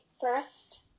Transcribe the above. first